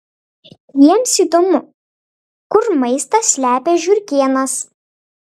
jiems įdomu kur maistą slepia žiurkėnas